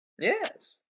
Yes